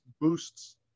boosts